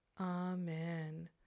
Amen